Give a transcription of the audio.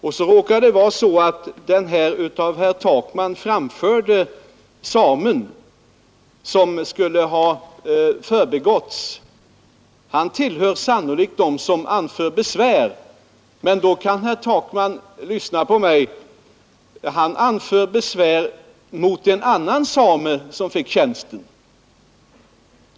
Den same som herr Takman berörde och som skulle ha förbigåtts tillhör sannolikt dem som anför besvär, men han anför besvär mot en annan same som fick tjänsten.